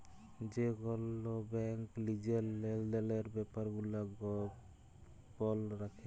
যে কল ব্যাংক লিজের লেলদেলের ব্যাপার গুলা গপল রাখে